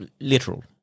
literal